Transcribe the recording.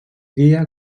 dia